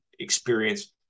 experience